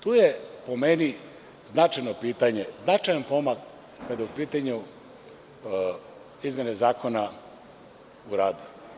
Tu je, po meni, značajno pitanje, značajan pomak kada su u pitanju izmene Zakona o radu.